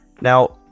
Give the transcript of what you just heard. Now